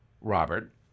Robert